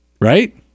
Right